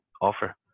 offer